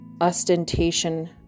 ostentation